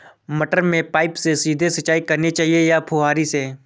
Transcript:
मटर में पाइप से सीधे सिंचाई करनी चाहिए या फुहरी से?